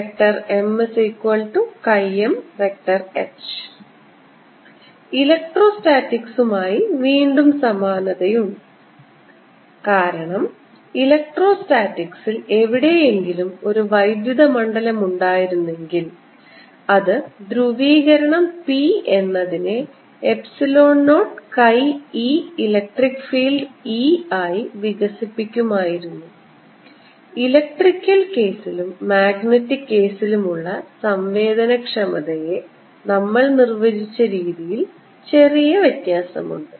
MMH ഇലക്ട്രോസ്റ്റാറ്റിക്സുമായി വീണ്ടും സമാനതയുണ്ട് കാരണം ഇലക്ട്രോസ്റ്റാറ്റിക്സിൽ എവിടെയെങ്കിലും ഒരു വൈദ്യുത മണ്ഡലം ഉണ്ടായിരുന്നെങ്കിൽ അത് ധ്രുവീകരണം P എന്നതിനെ epsilon naught chi e electric field E ആയി വികസിപ്പിക്കുമായിരുന്നു ഇലക്ട്രിക്കൽ കേസിലും മാഗ്നെറ്റിക് കേസിലുമുള്ള സംവേദനക്ഷമതയെ നമ്മൾ നിർവചിച്ച രീതിയിൽ ചെറിയ വ്യത്യാസമുണ്ട്